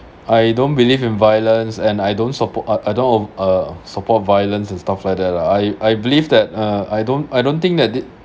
I don't believe in violence and I don't support I don't uh support violence and stuff like that lah I I believe that uh I don't I don't think that they